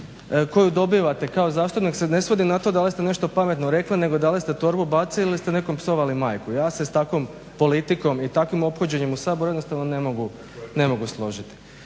koju dobivate kao zastupnik se ne svodi na to da li ste nešto pametno rekli nego da li ste torbu bacili ili ste nekom psovali majku. Ja se s takvom politikom i takvim ophođenjem u Saboru jednostavno ne mogu složiti.